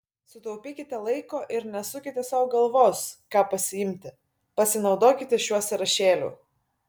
sutaupykite laiko ir nesukite sau galvos ką pasiimti pasinaudokite šiuo sąrašėliu